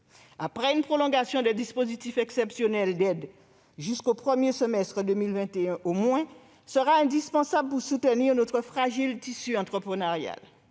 Aussi, une prolongation des dispositifs exceptionnels d'aide, au moins jusqu'au premier semestre de 2021, sera indispensable pour soutenir notre fragile tissu entrepreneurial.